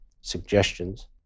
suggestions